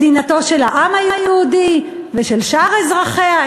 מדינתו של העם היהודי ושל שאר אזרחיה.